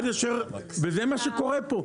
וזה מה שקורה פה.